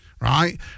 right